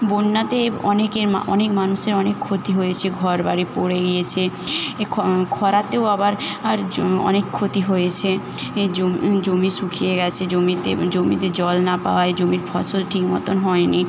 বন্যাতে অনেকে মা অনেক মানুষের অনেক ক্ষতি হয়েছে ঘর বাড়ি পড়ে গিয়েছে খ খরাতেও আবার আর জ অনেক ক্ষতি হয়েছে জমি জমি শুকিয়ে গেছে জমিতে জমিতে জল না পাওয়ায় জমির ফসল ঠিক মতন হয় নি